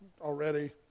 already